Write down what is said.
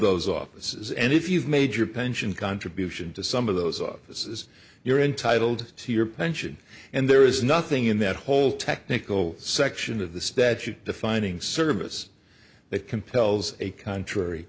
those offices and if you've made your pension contribution to some of those offices you're entitled to your pension and there is nothing in that whole technical section of the statute defining service that compels a contrary